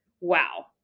wow